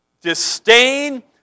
disdain